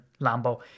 Lambo